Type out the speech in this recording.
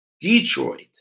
Detroit